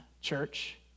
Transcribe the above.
church